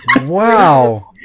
Wow